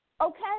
Okay